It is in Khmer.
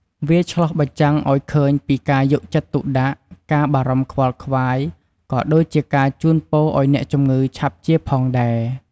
វាឆ្លុះបញ្ចាំងឱ្យឃើញពីការយកចិត្តទុកដាក់ ការបារម្ភខ្វល់ខ្វាយ ក៏ដូចជាការជូនពរឱ្យអ្នកជំងឺឆាប់ជាផងដែរ។